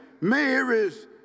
Mary's